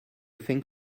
think